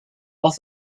offer